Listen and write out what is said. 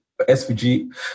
SVG